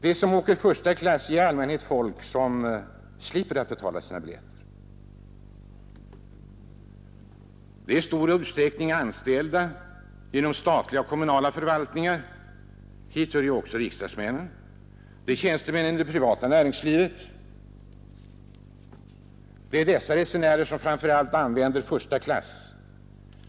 De som åker första klass är däremot i allmänhet folk som slipper betala sina biljetter; det är i stor utsträckning anställda inom statliga och kommunala förvaltningar — hit hör ju också riksdagsmännen — det är tjänstemän i det privata näringslivet. Det är dessa resenärer som framför allt använder första klass.